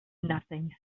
nothing